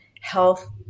health